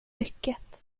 mycket